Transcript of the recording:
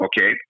okay